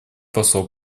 посол